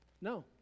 No